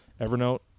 Evernote